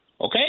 Okay